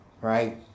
right